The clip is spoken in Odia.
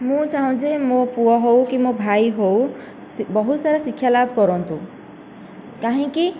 ମୁଁ ଚାହୁଁଛି ମୋ ପୁଅ ହେଉ କି ମୋ ଭାଇ ହେଉ ବହୁତ ସାରା ଶିକ୍ଷା ଲାଭ କରନ୍ତୁ କାହିଁକି